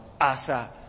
Asa